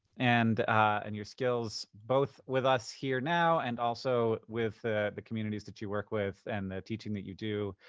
and and your skills, both with us here now and also with the communities that you work with and the teaching that you do.